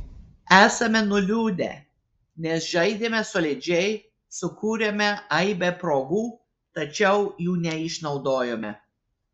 esame nuliūdę nes žaidėme solidžiai sukūrėme aibę progų tačiau jų neišnaudojome